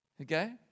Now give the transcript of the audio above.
Okay